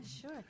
sure